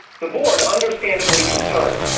the board, understandably concerned,